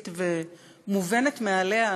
בסיסית ומובנת מאליה,